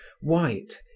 white